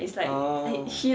oh